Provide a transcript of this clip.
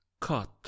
cut